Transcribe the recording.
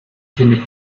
findet